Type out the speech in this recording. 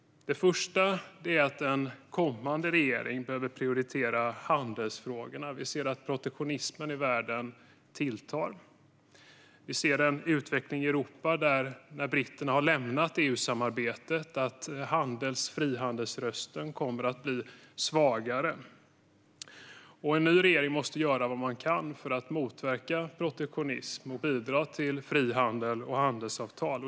Den första är att en kommande regering behöver prioritera handelsfrågorna. Vi ser att protektionismen tilltar i världen. Vi ser att när britterna lämnar EU-samarbetet kommer frihandelsrösten i Europa att bli svagare. En ny regering måste göra vad den kan för att motverka protektionism och bidra till frihandel och handelsavtal.